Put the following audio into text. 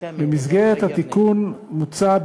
במסגרת התיקון מוצע,